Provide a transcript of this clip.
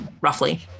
roughly